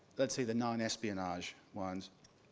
let's say the non-espionage ones,